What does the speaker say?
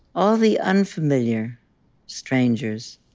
all the unfamiliar strangers,